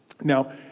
Now